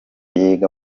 yiga